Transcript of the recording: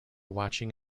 watching